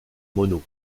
mono